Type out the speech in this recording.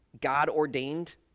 God-ordained